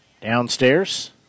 Downstairs